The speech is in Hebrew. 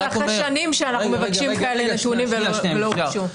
זה אחרי שנים שאנחנו מבקשים נתונים כאלה והם לא הוגשו.